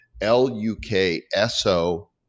L-U-K-S-O